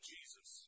Jesus